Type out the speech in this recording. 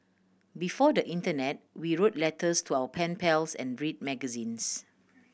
before the internet we wrote letters to our pen pals and read magazines